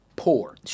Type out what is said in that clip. Poor